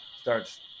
starts